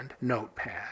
Notepad